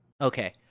Okay